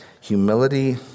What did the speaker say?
humility